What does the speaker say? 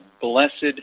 blessed